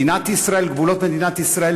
גבולות מדינת ישראל.